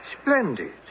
Splendid